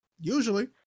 Usually